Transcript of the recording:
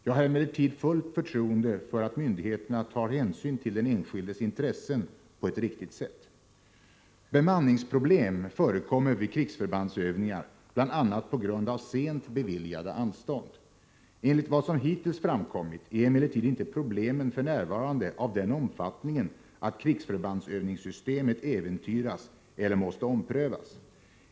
Jag har emellertid fullt förtroende för att myndigheterna tar hänsyn till den enskildes intressen på ett riktigt sätt. Bemanningsproblem förekommer vid krigsförbandsövningar bl.a. på grund av sent beviljade anstånd. Enligt vad som hittills framkommit är emellertid inte problemen f.n. av den omfattningen att krigsförbandsövningssystemet äventyras eller måste omprövas.